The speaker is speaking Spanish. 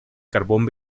carbón